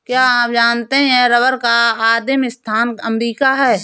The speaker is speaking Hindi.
क्या आप जानते है रबर का आदिमस्थान अमरीका है?